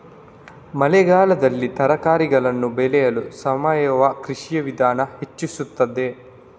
ಮಳೆಗಾಲದಲ್ಲಿ ತರಕಾರಿಗಳನ್ನು ಬೆಳೆಯಲು ಸಾವಯವ ಕೃಷಿಯ ವಿಧಾನ ಹೆಚ್ಚಿಸುತ್ತದೆ?